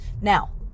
Now